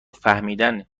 فهمیدن